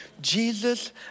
Jesus